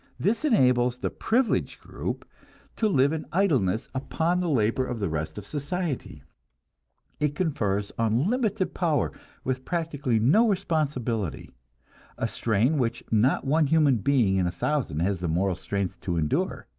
this enables the privileged group to live in idleness upon the labor of the rest of society it confers unlimited power with practically no responsibility a strain which not one human being in a thousand has the moral strength to endure.